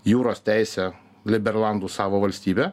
jūros teisę liberlandų savo valstybę